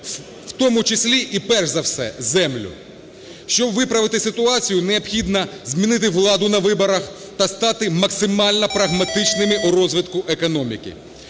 в тому числі і, перш за все, землю. Щоб виправити ситуацію необхідно змінити владу на виборах та стати максимально прагматичними у розвитку економіки.